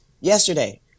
yesterday